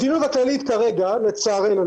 לצערנו,